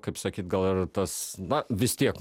kaip sakyt gal ir tas na vis tiek